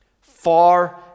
far